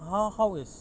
!huh! how is